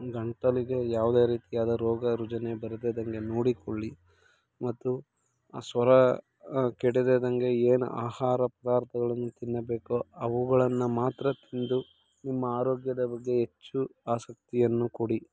ಗಂಟಲಿಗೆ ಯಾವುದೇ ರೀತಿಯಾದ ರೋಗರುಜಿನ ಬರದಿದ್ದಂತೆ ನೋಡಿಕೊಳ್ಳಿ ಮತ್ತು ಆ ಸ್ವರ ಕೆಡದಿದ್ದಂತೆ ಏನು ಆಹಾರ ಪದಾರ್ಥಗಳನ್ನು ತಿನ್ನಬೇಕೊ ಅವುಗಳನ್ನು ಮಾತ್ರ ತಿಂದು ನಿಮ್ಮ ಆರೋಗ್ಯದ ಬಗ್ಗೆ ಹೆಚ್ಚು ಆಸಕ್ತಿಯನ್ನು ಕೊಡಿ